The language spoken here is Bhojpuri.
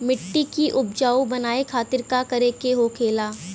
मिट्टी की उपजाऊ बनाने के खातिर का करके होखेला?